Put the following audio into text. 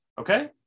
Okay